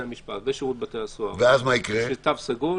המשפט ושירות בתי הסוהר שיש תו סגול